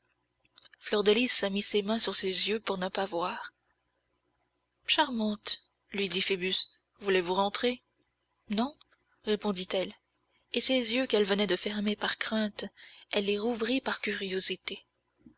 fleur de lys mit ses mains sur ses yeux pour ne pas voir charmante lui dit phoebus voulez-vous rentrer non répondit-elle et ces yeux qu'elle venait de fermer par crainte elle les rouvrit par curiosité